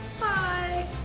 Bye